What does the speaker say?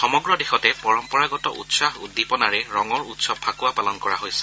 সমগ্ৰ দেশতে পৰম্পৰাগত উৎসাহ উদ্দীপনাৰে ৰঙৰ উৎসৱ ফাকুৱা পালন কৰা হৈছে